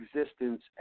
existence